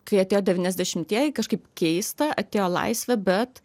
kai atėjo devyniasdešimtieji kažkaip keista atėjo laisvė bet